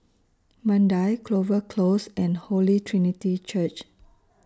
Mandai Clover Close and Holy Trinity Church